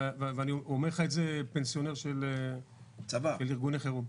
ואומר לך את זה פנסיונר של ארגוני חירום.